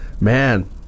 Man